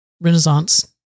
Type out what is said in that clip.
Renaissance